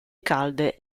calde